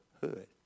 hood